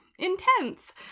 intense